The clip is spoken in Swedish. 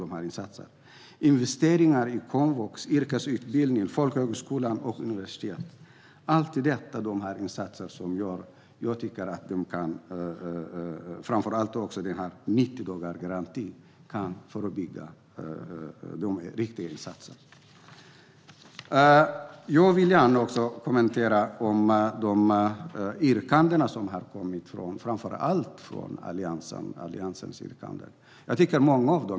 Det görs också investeringar i komvux, yrkesutbildning, folkhögskolor och universitet. Framför allt är 90-dagarsgarantin en viktig insats. Jag vill också kommentera de yrkanden som har kommit framför allt från Alliansen. Många av dem är viktiga.